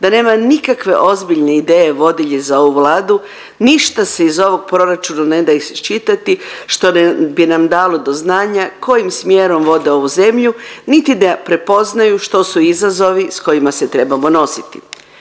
da nema nikakve ozbiljne ideje vodilje za ovu Vladu, ništa se iz ovog proračuna ne da iščitati što ne, bi nam dalo do znanja kojim smjerom vode ovu zemlju niti da prepoznaju što su izazovi s kojima se trebamo nositi.